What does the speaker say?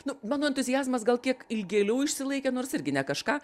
nu mano entuziazmas gal kiek ilgėliau išsilaikė nors irgi ne kažką